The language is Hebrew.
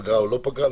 פגרה או לא פגרה.